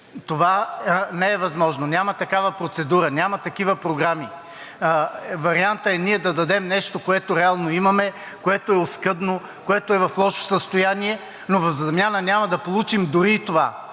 Това не е възможно – няма такава процедура, няма такива програми. Вариантът е ние да дадем нещо, което реално имаме, което е оскъдно, което е в лошо състояние, но в замяна няма да получим дори и това.